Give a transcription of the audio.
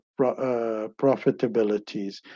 profitabilities